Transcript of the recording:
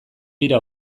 bira